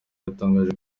yatangaje